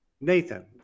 Nathan